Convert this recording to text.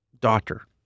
Doctor